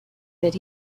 that